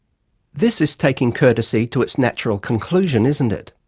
this is taking courtesy to its natural conclusion, isn't it?